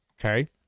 Okay